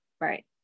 Right